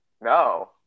No